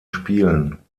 spielen